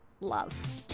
love